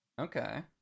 Okay